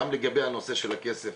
גם לגבי הנושא של הכסף,